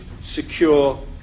secure